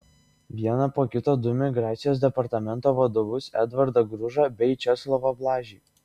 vieną po kito du migracijos departamento vadovus edvardą gružą bei česlovą blažį